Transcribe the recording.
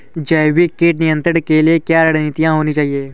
जैविक कीट नियंत्रण के लिए क्या रणनीतियां होनी चाहिए?